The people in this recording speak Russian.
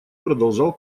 продолжал